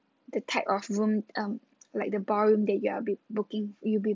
the type of room um like the ballroom that you are be booking you'll be